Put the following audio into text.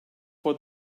for